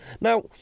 Now